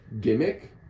gimmick